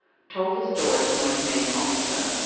told the story to my commanding officer,